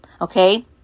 Okay